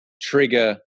trigger